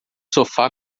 sofá